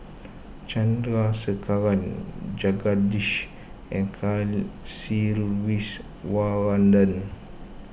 Chandrasekaran Jagadish and Kasiviswana